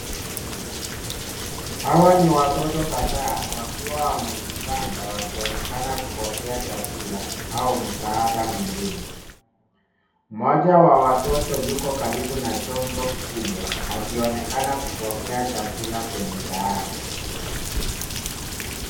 Hawa ni watoto kadhaa wakiwa wamejipanga wakionekana kupokea chakula au msaada mwingine. Mmoja wa watoto yuko karibu na chombo kikubwa akionekana kupkea chakula kwenye sahani.